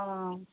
অঁ